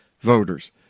voters